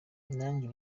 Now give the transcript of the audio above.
nanjye